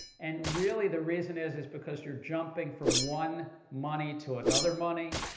and really the reason is, is because you're jumping from one money to another money.